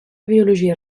biologia